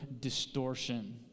distortion